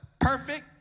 perfect